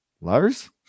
Lars